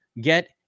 get